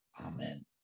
Amen